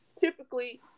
typically